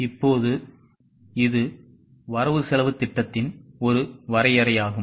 இப்போது இது வரவுசெலவுத் திட்டத்தின் ஒரு வரையறையாகும்